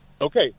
Okay